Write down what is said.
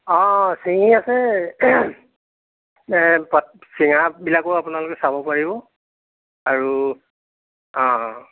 অঁ চিঙি আছে পাত চিঙাবিলাকো আপোনালোকে চাব পাৰিব আৰু অঁ